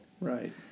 right